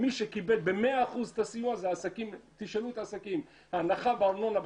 מינהל התכנון אחראי על הצוות של הערים והמבנים.